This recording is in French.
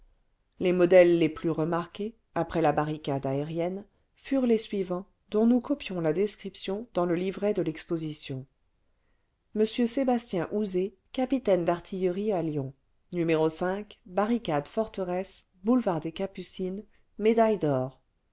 les modèles les plus remarqués après la barricade aérienne furent les suivants dont nous copions la description dans le livret de l'exposition m sébastien houzé capitaine d'artillerie à lyon n barricade eorteresse boulevard des capucines médaille d'or